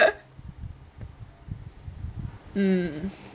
mm